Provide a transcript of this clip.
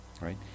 right